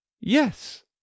Yes